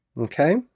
okay